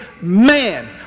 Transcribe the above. man